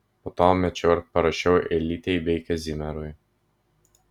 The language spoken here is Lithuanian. po to mečiau ir parašiau elytei bei kazimierui